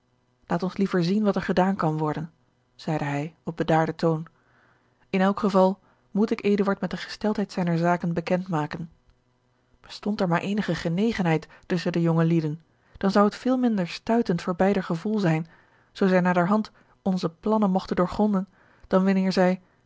laat ons liever zien wat er gedaan kan worden zeide hij op bedaarden toon in elk geval moet ik eduard met de gesteldheid zijner zaken bekend maken bestond er maar eenige genegenheid tusschen de jonge lieden dan zou het veel minder stuitend voor beider gevoel zijn zoo zij naderhand onze plangeorge een ongeluksvogel nen mogten doorgronden dan wanneer zij